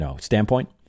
standpoint